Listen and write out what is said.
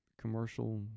commercial